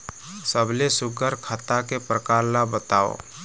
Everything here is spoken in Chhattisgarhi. सबले सुघ्घर खाता के प्रकार ला बताव?